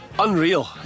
Unreal